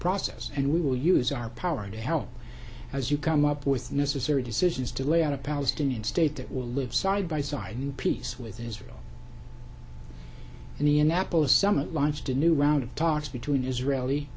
process and we will use our power to help as you come up with necessary decisions to layout a palestinian state that will live side by side in peace with israel and the annapolis summit launched a new round of talks between israeli